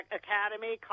academy